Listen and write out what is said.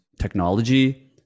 technology